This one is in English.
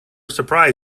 surprise